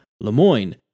Lemoyne